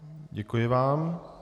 Děkuji vám.